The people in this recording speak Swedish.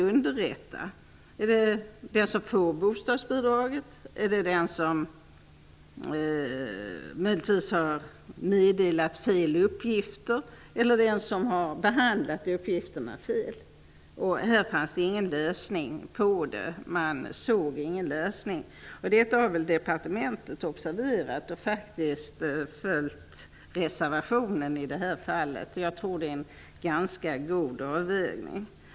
Är det den som får bostadsbidraget, den som möjligtvis har meddelat fel uppgifter eller den som har behandlat uppgifterna felaktigt? Man såg ingen lösning på detta. Departementet har väl observerat detta och faktiskt följt reservationen på denna punkt. Jag tror att det är en ganska god avvägning.